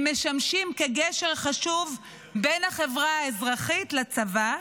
הם משמשים כגשר חשוב בין החברה האזרחית לצבא,